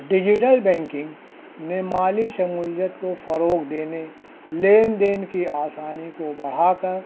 digital banking نے مالی شمولیت کو فروغ دینے لین دین کی آسانی کو بڑھا کر